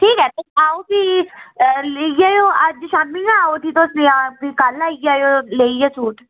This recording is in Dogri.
ठीक ऐ तुस आओ भी लेई जाएओ अज्ज शामीं गै आओ उठी जां भी कल्ल आई जाएओ लेइयै सूट